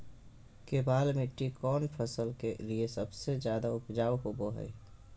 केबाल मिट्टी कौन फसल के लिए सबसे ज्यादा उपजाऊ होबो हय?